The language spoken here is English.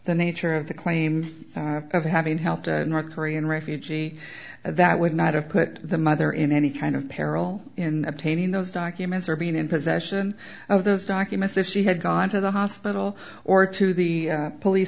the nature of the claim of having helped north korean refugee that would not have put the mother in any kind of peril in obtaining those documents or being in possession of those documents if she had gone to the hospital or to the police